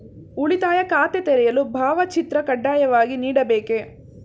ಉಳಿತಾಯ ಖಾತೆ ತೆರೆಯಲು ಭಾವಚಿತ್ರ ಕಡ್ಡಾಯವಾಗಿ ನೀಡಬೇಕೇ?